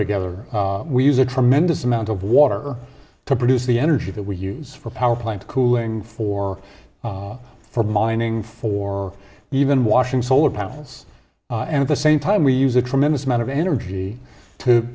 together we use a tremendous amount of water to produce the energy that we use for power plant cooling for for mining for even washing solar panels and the same time we use a tremendous amount of energy to